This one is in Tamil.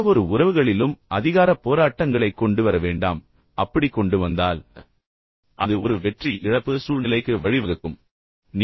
எந்தவொரு உறவுகளிலும் அதிகாரப் போராட்டங்களைக் கொண்டுவர வேண்டாம் அப்படி கொண்டுவந்தால் அது ஒரு வெற்றி இழப்பு சூழ்நிலைக்கு வழிவகுக்கும் என்பதை நீங்கள் புரிந்து கொள்ளவேண்டும்